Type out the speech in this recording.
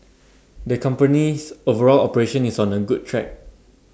the company's overall operation is on A good track